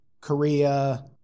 Korea